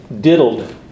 diddled